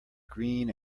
green